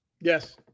Yes